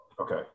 okay